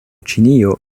ĉinio